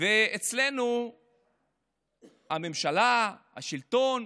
אצלנו הממשלה, השלטון,